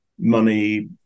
money